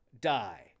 die